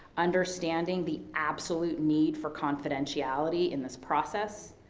understanding the absolute need for confidentiality in this process,